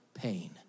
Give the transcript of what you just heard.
pain